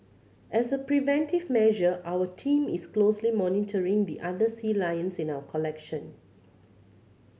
as a preventive measure our team is closely monitoring the other sea lions in our collection